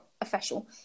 official